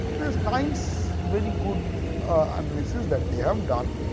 there is nice, very good analysis that they have done.